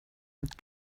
with